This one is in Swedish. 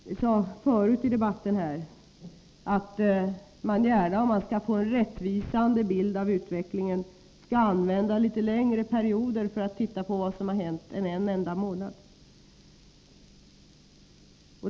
Vi sade förut i debatten att om man skall få en rättvisande bild av utvecklingen skall man använda litet längre perioder än en enda månad.